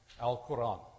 Al-Quran